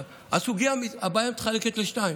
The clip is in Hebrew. הבעיה נחלקת לשניים: